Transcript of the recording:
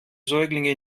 säuglinge